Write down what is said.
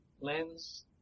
lens